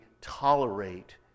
tolerate